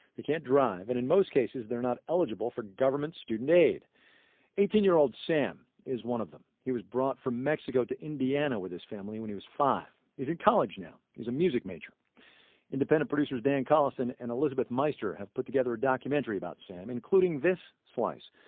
they can't drive and, in most cases, they're not eligible for government student aid eighteen-year-old sam is one of them. he was brought from mexico to indiana with his family when he was five. he's in college now. he's a music major independent producers dan collison and elizabeth meister have put together a documentary about sam, including this slice,